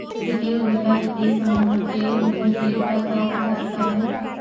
जातीय उद्यमिता जातीय समूहों के उद्यमशीलता का उच्च स्तर है